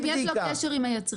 רק אם יש לו קשר עם היצרן.